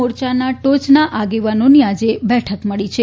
મોરચાના ટોચના આગેવાનોની આજે બેઠક મળી છે